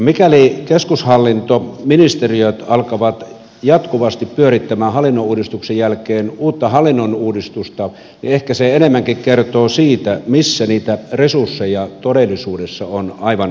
mikäli keskushallinto ministeriöt alkavat jatkuvasti pyörittämään hallinnonuudistuksen jälkeen uutta hallinnonuudistusta niin ehkä se enemmänkin kertoo siitä missä niitä resursseja todellisuudessa on aivan riittävästi